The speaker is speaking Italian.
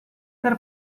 per